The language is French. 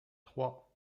trois